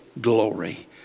glory